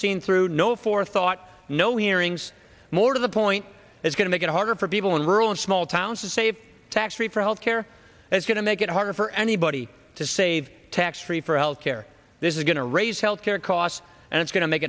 seen through no forethought no hearings more to the point is going to make it harder for people in rural and small towns to save tax free for health care it's going to make it harder for anybody to save tax free for health care this is going to raise health care costs and it's going to make